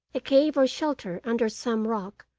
a cave or shelter under some rock,